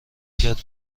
کرد